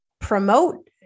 promote